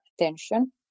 attention